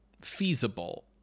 feasible